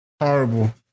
Horrible